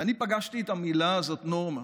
ואני פגשתי את המילה הזאת, נורמה,